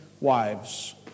wives